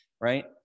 right